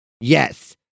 yes